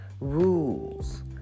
rules